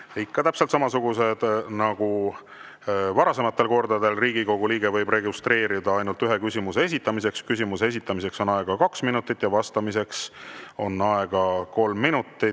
ikka täpselt samasugused nagu varasematel kordadel. Riigikogu liige võib registreeruda ainult ühe küsimuse esitamiseks. Küsimuse esitamiseks on aega kaks minutit, vastamiseks on aega kolm minutit.